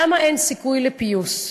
למה אין סיכוי לפיוס,